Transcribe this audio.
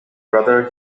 brother